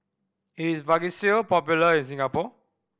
is Vagisil popular in Singapore